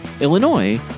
Illinois